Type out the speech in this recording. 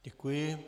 Děkuji.